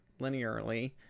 linearly